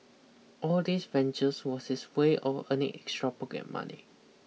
all these ventures was his way of earning extra pocket money